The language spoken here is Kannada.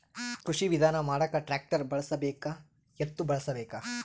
ಕೃಷಿ ವಿಧಾನ ಮಾಡಾಕ ಟ್ಟ್ರ್ಯಾಕ್ಟರ್ ಬಳಸಬೇಕ, ಎತ್ತು ಬಳಸಬೇಕ?